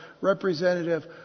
representative